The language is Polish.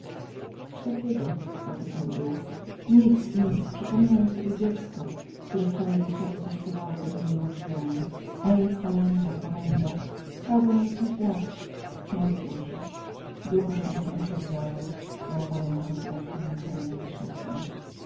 cóż takiego zapytał duch nic nic przypomniałem sobie dziecko które wczoraj wieczorem zaśpiewało pod mojemi drzwiami ej kolęda kolęda chciałbym mu coś dać mój boże duch uśmiechnął się łzawo dał mu ręką znak milczenia i